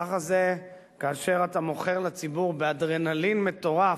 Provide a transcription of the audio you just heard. ככה זה כאשר אתה מוכר לציבור באדרנלין מטורף,